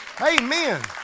amen